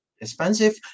expensive